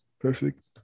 perfect